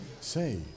Say